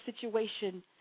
situation